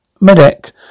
medic